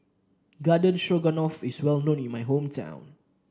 Garden Stroganoff is well known in my hometown